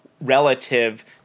relative